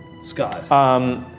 Scott